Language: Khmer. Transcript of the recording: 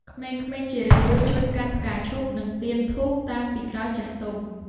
ក្មេងៗជារឿយៗជួយកាន់ផ្កាឈូក និងទៀនធូបតាមពីក្រោយចាស់ទុំ។